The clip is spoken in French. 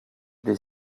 des